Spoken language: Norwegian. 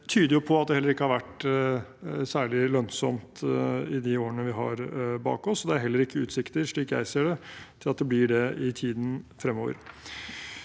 det tyder jo på at det heller ikke har vært særlig lønnsomt i de årene vi har bak oss. Det er heller ikke utsikter, slik jeg ser det, til at det blir det i tiden fremover.